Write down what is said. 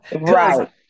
right